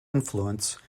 influence